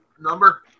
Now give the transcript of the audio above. number